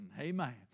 Amen